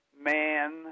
man